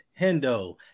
Hendo